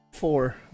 Four